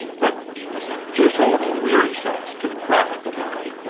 but just a little wearisome to the practical mind.